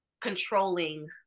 controlling